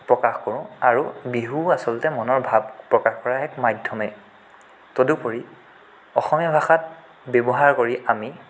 প্ৰকাশ কৰোঁ আৰু বিহু আচলতে মনৰ ভাৱ প্ৰকাশ কৰা এক মাধ্যমহে তদুপৰি অসমীয়া ভাষাত ব্যৱহাৰ কৰি আমি